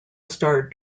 star